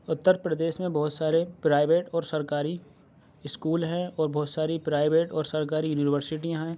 اتر پردیش میں بہت سارے پرائیویٹ اور سرکاری اسکول ہیں اور بہت ساری پرائیویٹ اور سرکاری یونیورسٹیاں ہیں